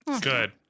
Good